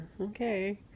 okay